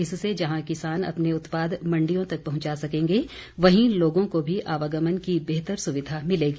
इससे जहां किसान अपने उत्पाद मण्डियों तक पहुंचा सकेंगे वहीं लोगों को भी आवागमन की बेहतर सुविधा मिलेगी